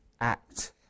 act